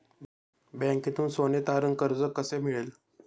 बँकेतून सोने तारण कर्ज कसे मिळेल?